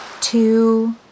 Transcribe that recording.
two